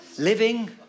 Living